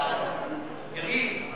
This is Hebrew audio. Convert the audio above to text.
הצעת הוועדה המסדרת בדבר הרכב